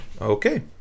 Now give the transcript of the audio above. okay